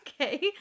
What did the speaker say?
Okay